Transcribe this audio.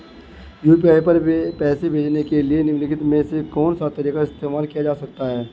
UPI पर पैसे भेजने के लिए निम्नलिखित में से कौन सा तरीका इस्तेमाल किया जा सकता है?